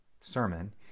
sermon